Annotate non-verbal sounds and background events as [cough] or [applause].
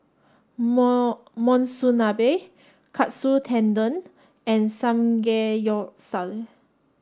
[unintelligible] Monsunabe Katsu Tendon and Samgeyopsal